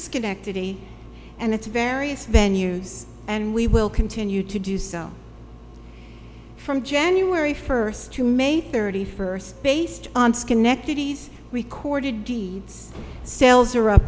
schenectady and its various venues and we will continue to do so from january first to may thirty first based on schenectady recorded